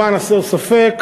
למען הסר ספק,